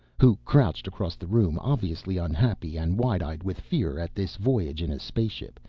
who crouched across the room, obviously unhappy and wide-eyed with fear at this voyage in a spaceship,